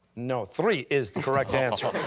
no, three is the correct answer.